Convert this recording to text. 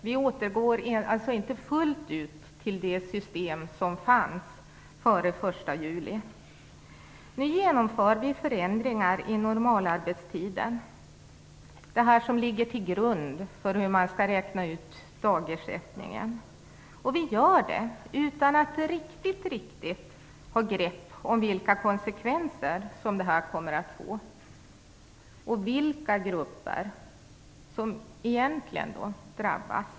Det är inte fråga om att fullt ut återgå till det system som fanns före den 1 juli. Nu genomförs förändringar i normalarbetstiden, dvs. det som ligger till grund för dagersättningen. Det görs utan att man riktigt har grepp över konsekvenserna, dvs. utan att veta vilka grupper som egentligen drabbas.